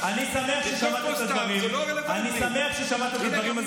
אני שמח ששמעתם את הדברים.